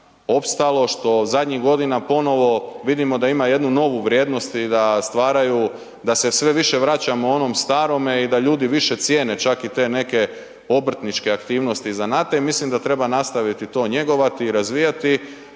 opstalo, što zadnjih godina ponovo vidimo da ima jednu vrijednost i da stvaraju da se sve više vraćamo onom starome i da ljudi više cijene čak i te neke obrtničke aktivnosti zanata i mislim da treba nastaviti to njegovati i razvijati